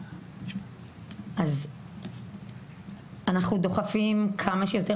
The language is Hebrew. אז אנחנו דוחפים כמה שיותר.